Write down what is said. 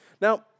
Now